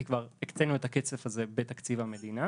כי כבר הקצנו את הכסף הזה בתקציב המדינה,